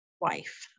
wife